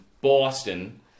Boston